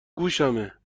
گوشمه